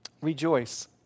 Rejoice